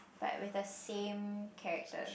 but with the same character